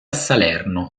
salerno